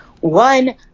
One